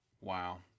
Wow